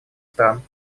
стран